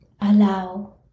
Allow